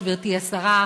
גברתי השרה,